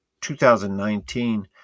2019